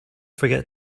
forget